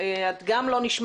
עוד הערות?